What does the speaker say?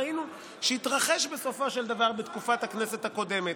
ראינו שזה מה שהתרחש בסופו של דבר בתקופת הכנסת הקודמת,